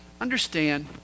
Understand